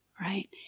right